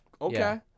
okay